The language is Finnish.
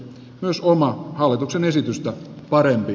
myös oman hallituksen esitystä parempi